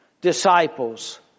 disciples